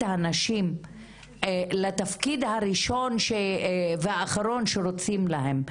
הנשים לתפקיד הראשון והאחרון שרוצים להן,